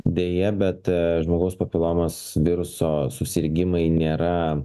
deja bet žmogaus papilomos viruso susirgimai nėra